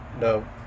no